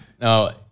No